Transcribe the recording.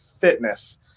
fitness